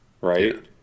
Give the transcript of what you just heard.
right